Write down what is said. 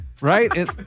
right